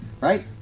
Right